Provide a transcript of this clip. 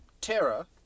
Terra